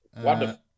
wonderful